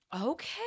Okay